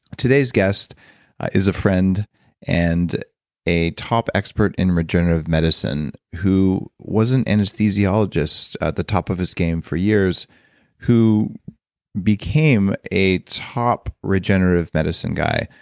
today's guest is a friend and a top expert in regenerative medicine who was an anesthesiologist at the top of his game for years who became a top regenerative medicine guy.